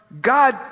God